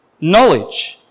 knowledge